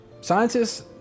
scientists